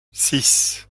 six